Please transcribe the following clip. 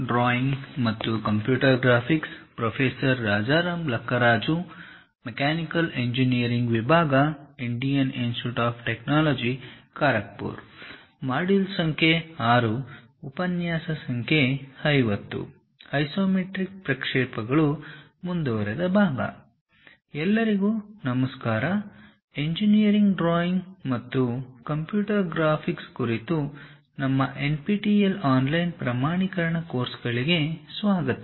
isometric ಪ್ರಕ್ಷೇಪಗಳು ಮುಂದುವರೆಯುವುದು ಎಲ್ಲರಿಗೂ ನಮಸ್ಕಾರ ಇಂಜಿನಿಯರಿಂಗ್ ಡ್ರಾಯಿಂಗ್ ಮತ್ತು ಕಂಪ್ಯೂಟರ್ ಗ್ರಾಫಿಕ್ಸ್ ಕುರಿತು ನಮ್ಮ ಎನ್ಪಿಟಿಇಎಲ್ ಆನ್ಲೈನ್ ಪ್ರಮಾಣೀಕರಣ ಕೋರ್ಸ್ಗಳಿಗೆ ಸ್ವಾಗತ